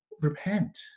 repent